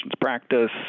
practice